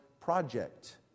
project